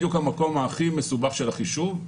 אבל זה בדיוק המקום הכי מסובך של החישוב.